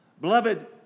Beloved